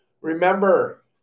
Remember